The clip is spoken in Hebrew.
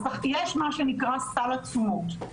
יש מה שנקרא סל התשומות.